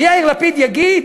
ויאיר לפיד יגיד: